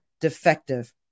defective